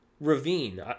ravine